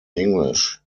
english